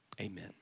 amen